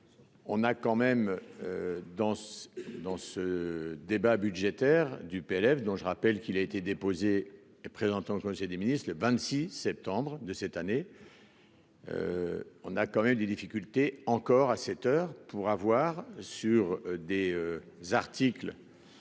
On a quand même dans ce dans ce débat budgétaire du PLF, dont je rappelle qu'il a été déposé, elle présente en Conseil des ministres le 26 septembre de cette année, on a quand même des difficultés encore à cette heure pour avoir sur des articles